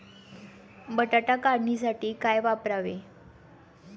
बटाटा काढणीसाठी काय वापरावे?